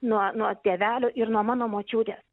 nuo nuo tėvelio ir nuo mano močiutės